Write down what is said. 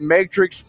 Matrix